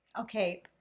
Okay